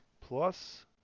Plus